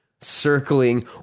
circling